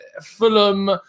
fulham